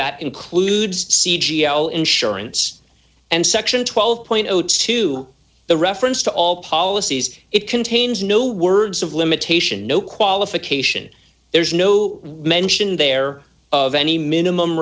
that includes c geo insurance and section twelve point zero two the reference to all policies it contains no words of limitation no qualification there's no mention there of any minimum